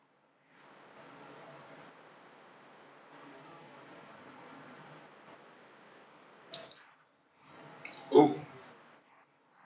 oh